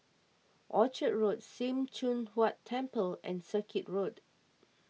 Orchard Road Sim Choon Huat Temple and Circuit Road